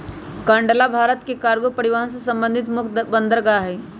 कांडला भारत के कार्गो परिवहन से संबंधित मुख्य बंदरगाह हइ